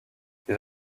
les